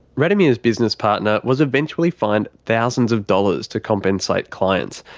radomir's business partner was eventually fined thousands of dollars to compensate clients,